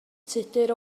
tudur